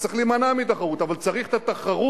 בינתיים הוא חולב את הציבור.